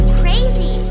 crazy